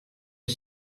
est